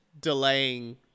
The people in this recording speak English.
delaying